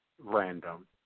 random